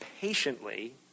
patiently